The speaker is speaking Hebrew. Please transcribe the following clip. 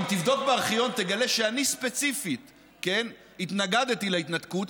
אם תבדוק בארכיון תגלה שאני ספציפית התנגדתי להתנתקות.